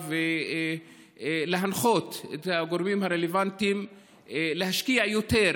ולהנחות את הגורמים הרלוונטיים להשקיע יותר,